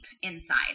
inside